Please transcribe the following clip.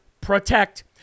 protect